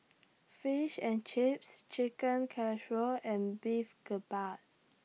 Fish and Chips Chicken Casserole and Beef Galbi